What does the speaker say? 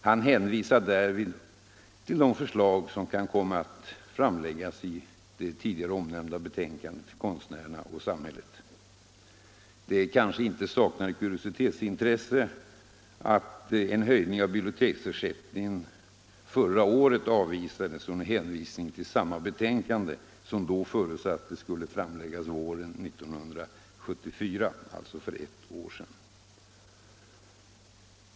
Han hänvisar därvid till de förslag som kan komma att framläggas i det tidigare omnämnda betänkandet Konstnärerna och Det kanske inte saknar kuriositetsintresse att en höjning av biblioteksersättningen förra året avvisades under hänvisning till samma betänkande —- som man då förutsatte skulle framläggas våren 1974, alltså för ett år sedan.